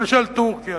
למשל טורקיה.